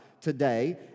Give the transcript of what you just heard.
today